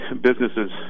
businesses